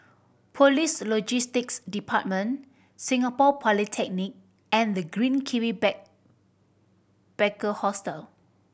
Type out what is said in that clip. Police Logistics Department Singapore Polytechnic and The Green Kiwi Back packer Hostel